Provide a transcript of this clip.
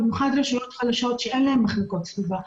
ובמיוחד רשויות חלשות שאין להם מחלקות סביבה,